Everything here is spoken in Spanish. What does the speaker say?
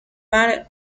mar